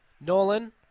Nolan